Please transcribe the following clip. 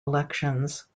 elections